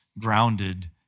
grounded